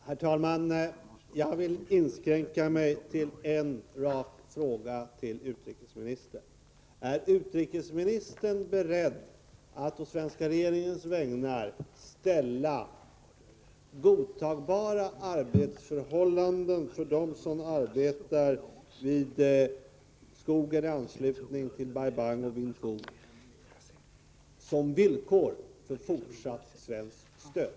Herr talman! Jag skall inskränka mig till att ställa en rak fråga till utrikesministern: Är utrikesministern beredd att å svenska regeringens vägnar ställa godtagbara arbetsförhållanden för dem som arbetar i skogen i anslutning till Bai Bang och Vinh Phu som villkor för fortsatt svenskt stöd?